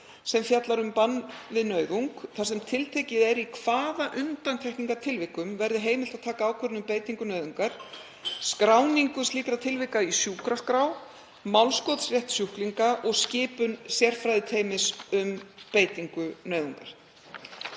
sem fjallar um bann við nauðung þar sem tiltekið er í hvaða undantekningartilvikum verði heimilt að taka ákvörðun um beitingu nauðungar, skráningu slíkra tilvika í sjúkraskrá, málskotsrétt sjúklinga og skipun sérfræðiteymis um beitingu nauðungar.